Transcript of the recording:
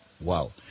Wow